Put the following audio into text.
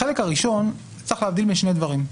החלק הראשון, צריך להבדיל משני דברים.